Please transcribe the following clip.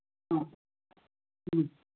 ꯑ ꯎꯝ